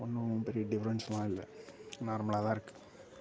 ஒன்றும் பெரிய டிஃப்ரெண்ட்ஸ்லாம் இல்லை நார்மலாக தான் இருக்குது